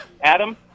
Adam